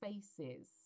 spaces